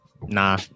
nah